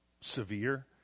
severe